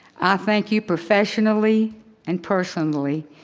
i thank you professionally and personally,